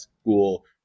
school